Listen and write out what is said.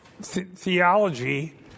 theology